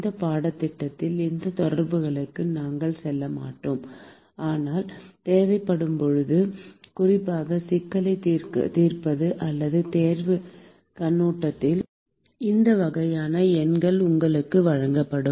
இந்த பாடத்திட்டத்தில் அந்த தொடர்புகளுக்கு நாம் செல்ல மாட்டோம் ஆனால் தேவைப்படும் போது குறிப்பாக சிக்கலைத் தீர்ப்பது அல்லது தேர்வுக் கண்ணோட்டத்தில் இந்த வகையான எண்கள் உங்களுக்கு வழங்கப்படும்